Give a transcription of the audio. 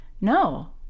No